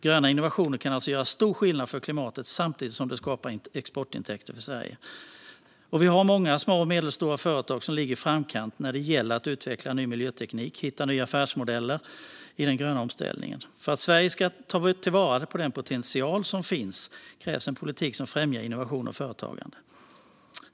Gröna innovationer kan alltså göra stor skillnad för klimatet samtidigt som de skapar exportintäkter för Sverige. Vi har många små och medelstora företag som ligger i framkant när det gäller att utveckla ny miljöteknik och hitta nya affärsmodeller i den gröna omställningen. För att Sverige ska ta till vara den potential som finns krävs en politik som främjar innovation och företagande.